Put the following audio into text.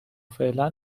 فعلا